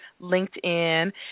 LinkedIn